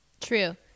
true